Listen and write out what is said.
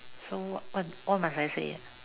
so what what what must I say ah